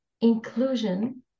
inclusion